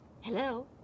Hello